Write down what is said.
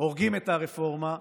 הורגים את הרפורמה,